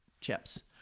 chips